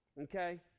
okay